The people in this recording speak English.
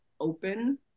open